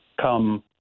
come